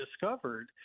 discovered